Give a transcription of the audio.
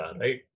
right